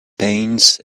paints